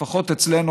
לפחות אצלנו,